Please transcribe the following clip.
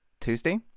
Tuesday